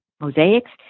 mosaics